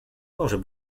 może